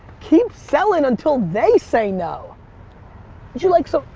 keep selling until they say no. would you like some,